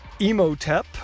Emotep